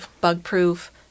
bug-proof